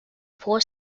four